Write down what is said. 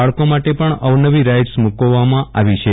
બાળકો માટે પણ અવનવી રાઈટસ મુકવામાં આવી છે